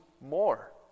more